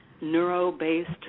neuro-based